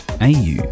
AU